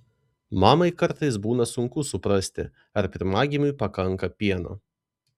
mamai kartais būna sunku suprasti ar pirmagimiui pakanka pieno